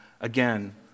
again